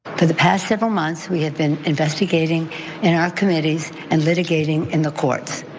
for the past several months, we had been investigating in our committees and litigating in the court,